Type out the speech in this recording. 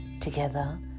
Together